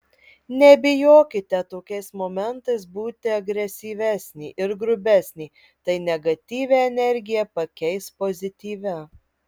nebijokite tokiais momentais būti agresyvesnė ir grubesnė tai negatyvią energiją pakeis pozityvia